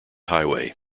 highway